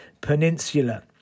Peninsula